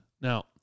Now